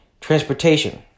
Transportation